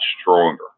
stronger